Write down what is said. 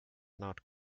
not